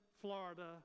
Florida